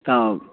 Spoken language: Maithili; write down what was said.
तब